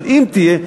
אבל אם תהיה,